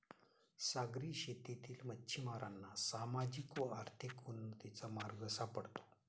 सागरी शेतीतील मच्छिमारांना सामाजिक व आर्थिक उन्नतीचा मार्ग सापडतो